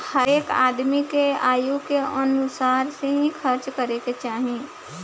हरेक आदमी के आय के अनुसार ही खर्चा करे के चाही